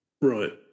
Right